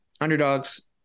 underdogs